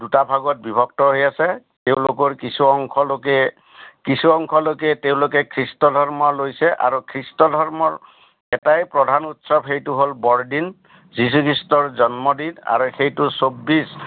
দুটা ভাগত বিভক্ত হৈ আছে তেওঁলোকৰ কিছু অংশ লোকে কিছু অংশ লোকে তেওঁলোকে খ্ৰীষ্ট ধৰ্ম লৈছে আৰু খ্ৰীষ্ট ধৰ্মৰ এটাই প্ৰধান উৎসৱ সেইটো হ'ল বৰদিন যিশু খ্ৰীষ্টৰ জন্মদিন আৰু সেইটো চৌবিছ